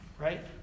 right